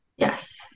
Yes